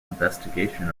investigation